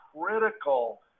critical